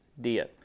Dia